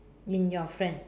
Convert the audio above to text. in your friend